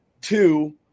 Two